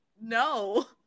No